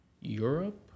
Europe